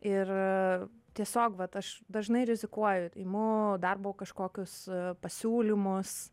ir tiesiog vat aš dažnai rizikuoju imu darbo kažkokius pasiūlymus